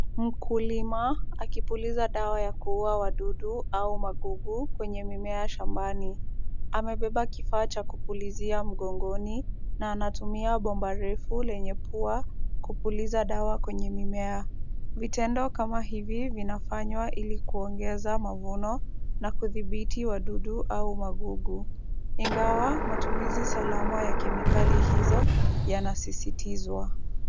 Mkulima akipuliza dawa ya kuua wadudu au magugu kwenye mimea shambani. Amebeba kifaa cha kupulizia mgongoni na anatumia bomba refu lenye pua kupuliza dawa kwenye mimea. Vitendo kama hivi vinafanywa ili kuongeza mavuno na kudhibiti wadudu au magugu, ingawa matumizi salama ya kemikali hizo yanasisitizwa.